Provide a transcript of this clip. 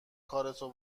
کارتو